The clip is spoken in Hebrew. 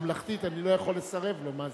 אני לא יכול לסרב לו, מה זה.